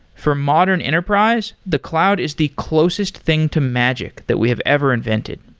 for modern enterprise, the cloud is the closest thing to magic that we have ever invented.